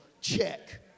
check